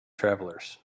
travelers